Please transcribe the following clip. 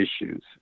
issues